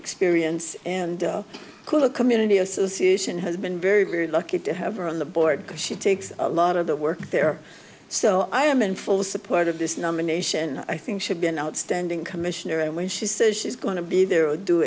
experience and quite a community association has been very very lucky to have her on the board because she takes a lot of the work there so i am in full support of this nomination i think should be an outstanding commissioner and when she says she's going to be there